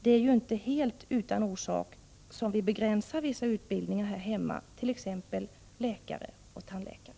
Det är ju inte helt utan orsak som vi begränsar vissa utbildningar här hemma, t.ex. av läkare och tandläkare.